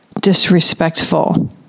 disrespectful